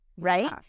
Right